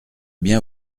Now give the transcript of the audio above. bien